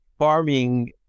farming